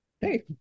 Hey